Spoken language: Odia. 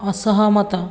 ଅସହମତ